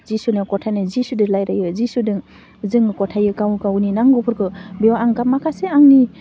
जिसुनियाव गथायनाय जिसुदो रायलायो जिसुदों जों गथायो गाव गावनि नांगौफोरखौ बेयाव आं माखासे आंनि